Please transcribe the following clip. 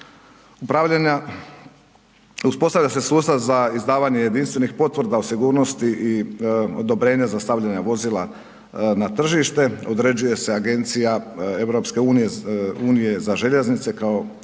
Uspostavlja se sustav za izdavanje jedinstvenih potvrda o sigurnosti i odobrenje za stavljanje vozila na tržište, određuje se agencija EU-a za željeznice kao koja